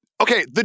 Okay